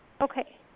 Okay